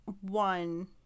one